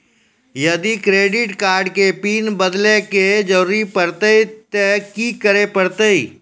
यदि credit card के pin बदले के जरूरी परतै ते की करे परतै?